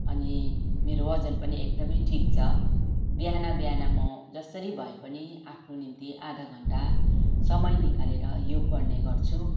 अनि मेरो ओजन पनि एकदमै ठिक छ बिहान बिहान म जसरी भए पनि आफ्नो निम्ति आधा घन्टा समय निकालेर योग गर्ने गर्छु